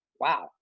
wow